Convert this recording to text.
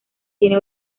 tiene